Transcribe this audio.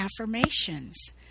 affirmations